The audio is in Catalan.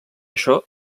això